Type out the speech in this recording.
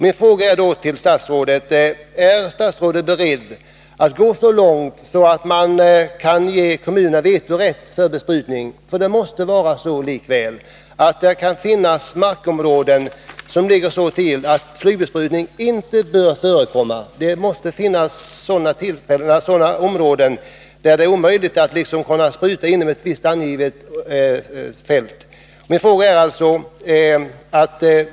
Min fråga lyder då: Är statsrådet beredd att gå så långt att kommunerna ges vetorätt när det gäller besprutning? Det kan ändå finnas markområden som ligger så till att det inte bör få förekomma flygbesprutning. Det finns sådana ställen där det måste anses vara omöjligt att bespruta inom ett visst angivet område.